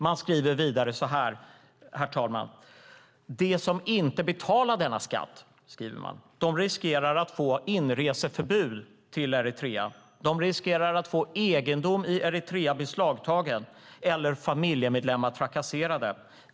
Man skriver vidare så här, herr talman: De som inte betalar denna skatt riskerar att få inreseförbud till Eritrea. De riskerar att få egendom i Eritrea beslagtagen eller familjemedlemmar trakasserade.